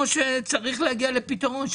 או צריך להגיע לפתרון,